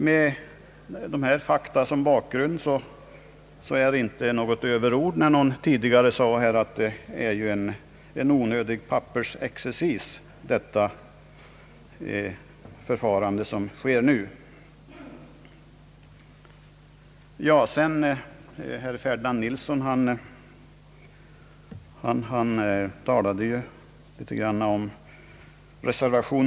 Med dessa fakta som bakgrund är det inte något överord när någon tidigare här sagt, att det nuvarande förfarandet är en onödig pappersexercis.